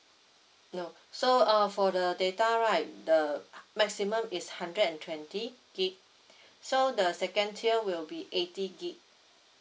no so uh for the data right the maximum is hundred and twenty gig so the second tier will be eighty gig